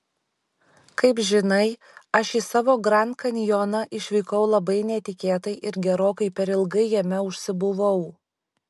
kaip žinai aš į savo grand kanjoną išvykau labai netikėtai ir gerokai per ilgai jame užsibuvau